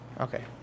Okay